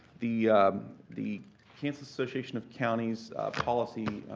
the the kansas association of counties policy